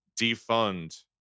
defund